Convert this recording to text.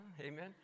Amen